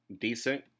decent